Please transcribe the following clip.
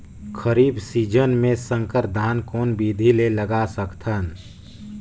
खरीफ season मे संकर धान कोन विधि ले लगा सकथन?